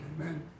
Amen